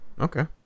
Okay